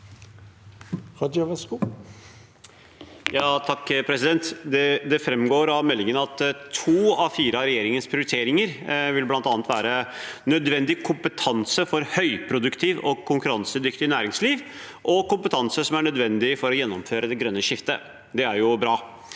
(V) Det framgår av meldingen at to av fire av regjeringens prioriteringer bl.a. vil være nødvendig kompetanse for et høyproduktivt og konkurransedyktig næringsliv og kompetanse som er nødvendig for å gjennomføre det grønne skiftet. Det er bra.